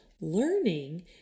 Learning